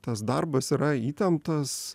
tas darbas yra įtemptas